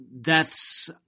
deaths